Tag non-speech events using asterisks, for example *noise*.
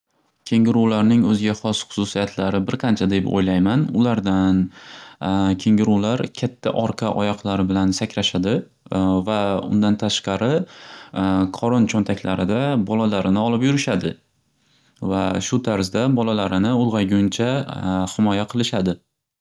Kengurularning o'ziga xos xususiyatlari bir qancha deb o'ylayman ulardan *hesitation* kengurular katta orqa oyoqlari bilan sakrashadi va undan tashqari qorin cho'ntaklarida bolalarini olib yurishadi va shu tarzda bolalarini ulg'ayguncha *hesitation* ximoya qilishadi.